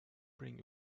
bring